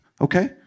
Okay